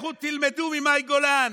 לכו תלמדו ממאי גולן.